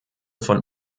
von